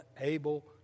able